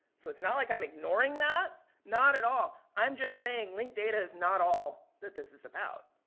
so, it's not like i'm ignoring that. not at all. i'm just saying link data is not all that this is about.